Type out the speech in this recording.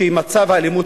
במצב האלימות